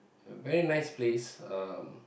a very nice place uh